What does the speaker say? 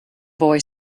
boy